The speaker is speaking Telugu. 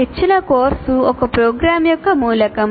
ఇచ్చిన కోర్సు ఒక ప్రోగ్రామ్ యొక్క మూలకం